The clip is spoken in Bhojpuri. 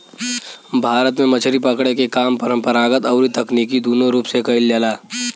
भारत में मछरी पकड़े के काम परंपरागत अउरी तकनीकी दूनो रूप से कईल जाला